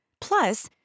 Plus